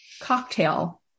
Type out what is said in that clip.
cocktail